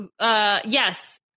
Yes